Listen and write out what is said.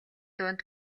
дунд